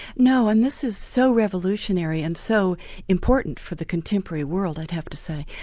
no, and this is so revolutionary and so important for the contemporary world i'd have to say,